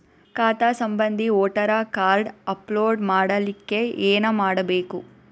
ಖಾತಾ ಸಂಬಂಧಿ voter card upload ಮಾಡಲಿಕ್ಕೆ ಏನ ಮಾಡಬೇಕು?